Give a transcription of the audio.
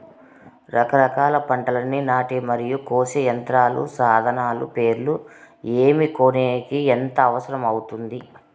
రకరకాల పంటలని నాటే మరియు కోసే యంత్రాలు, సాధనాలు పేర్లు ఏమి, కొనేకి ఎంత అవసరం అవుతుంది?